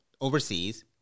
overseas